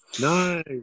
Nice